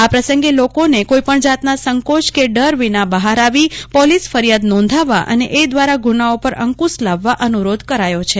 આ પ્રસંગે લોકોને કોઈ પણ જાતની સંકોચ કે ડર વિના બફાર આવી પોલીસ ફરિયાદ નોંધાવવા અને એ દ્વારા ગુનાઓ પર અંકુશ લાવવા અનુરોધ કરાથો છે